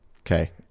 Okay